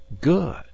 Good